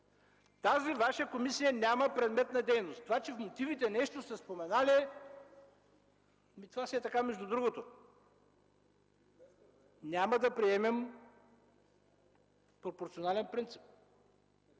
Тази Ваша комисия няма предмет на дейност. Това че в мотивите нещо са споменали, това си е така между другото. Разберете, няма да приемем пропорционален принцип!